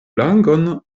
langon